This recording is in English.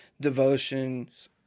devotions